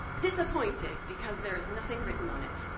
disappointed because there's nothing written on it.